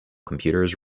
computers